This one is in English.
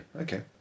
okay